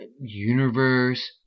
universe